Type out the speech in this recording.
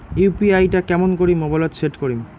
UPI টা কেমন করি মোবাইলত সেট করিম?